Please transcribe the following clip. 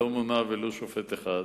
לא מונה ולו שופט אחד,